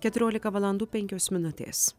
keturiolika valandų penkios minutės